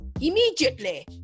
immediately